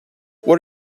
what